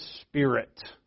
Spirit